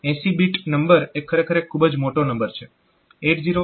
તો 80 bit number એ ખરેખર એક ખૂબ જ મોટો નંબર છે